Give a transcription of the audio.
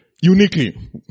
uniquely